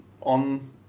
on